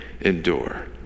endure